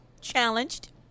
challenged